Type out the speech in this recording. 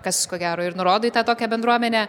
kas ko gero ir nurodo į tą tokią bendruomenę